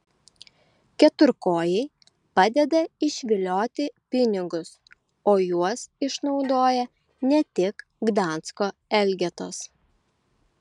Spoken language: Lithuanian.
keturkojai padeda išvilioti pinigus o juos išnaudoja ne tik gdansko elgetos